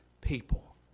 people